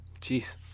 jeez